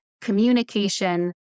communication